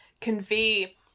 convey